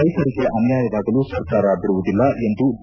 ರೈತರಿಗೆ ಅನ್ಯಾಯವಾಗಲು ಸರ್ಕಾರ ಬಿಡುವದಿಲ್ಲ ಎಂದು ಡಿ